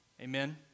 amen